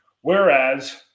Whereas